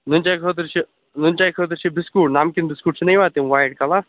نُنہٕ چاے خٲطرٕ چھِ نُنہٕ چاے خٲطرٕ چھِ بِسکوٗٹ نَمکیٖن بِسکوٗٹ چھِنا یِوان تِم وایِٹ کَلَر